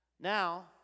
Now